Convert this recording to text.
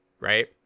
right